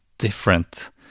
different